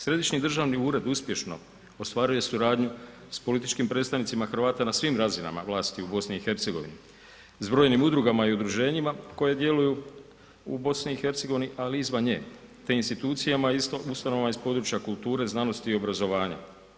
Središnji državni ured uspješno ostvaruje suradnju sa političkim predstavnicima Hrvata na svim razinama vlasti u BiH-u, s brojnim udrugama i udruženjima koje djeluju u BiH-u ali i izvan nje te institucijama isto ustanova iz područja kulture, znanosti i obrazovanja.